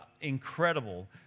incredible